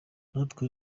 natwe